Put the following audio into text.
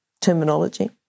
terminology